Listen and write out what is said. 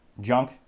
junk